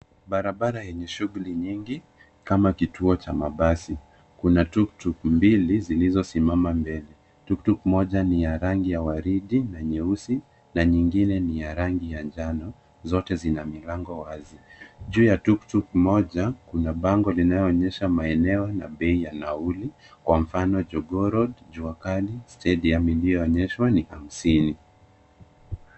Barabara yenye shughuli nyingi kama kituo cha mabasi. Kuna tuktuk mbili zilizosimama mbele, tuktuk moja ni ya rangi ya waridi na nyeusi na nyingine ni ya rangi ya njano, zote zina milango wazi. Juu ya tuktuk moja kuna bango linaloonyesha maeneo na bei ya nauli, kwa mfano jogoo road, juakali stadium inayoonyeshwa ni hamsini.